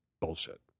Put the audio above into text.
bullshit